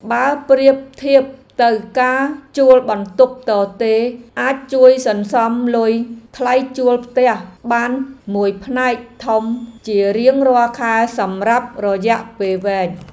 បើប្រៀបធៀបទៅការជួលបន្ទប់ទទេរអាចជួយសន្សំលុយថ្លៃជួលផ្ទះបានមួយផ្នែកធំជារៀងរាល់ខែសម្រាប់រយៈពេលវែង។